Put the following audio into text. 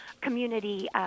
community